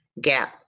gap